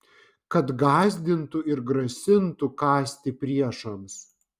kad gąsdintų ir grasintų kąsti priešams